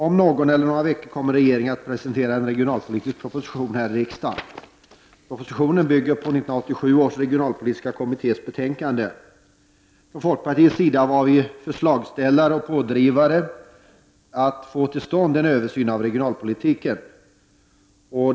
Om någon vecka — eller några veckor — kommer regeringen att presentera en regionalpolitisk proposition här i riksdagen. Propositionen bygger på 1987 års regionalpolitiska kommittés betänkande. Från folkpartiets sida var vi förslagsställare och pådrivare för att få till stånd en översyn av regionalpolitiken.